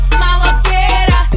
maloqueira